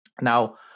Now